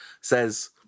says